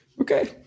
Okay